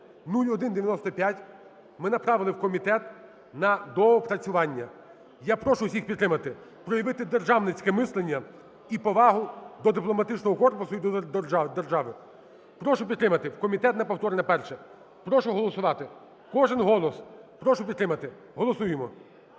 0195 ми направили в комітет на доопрацювання. Я прошу всіх підтримати, проявити державницьке мислення і повагу до дипломатичного корпусу і до держави. Прошу підтримати в комітет на повторне перше. Прошу голосувати. Кожен голос. Прошу підтримати. Голосуємо.